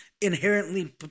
inherently